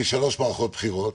שלוש מערכות בחירות.